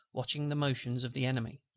watching the motions of the enemy.